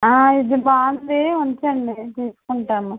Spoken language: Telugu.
ఇది బాగుంది ఉంచండి తీసుకుంటాను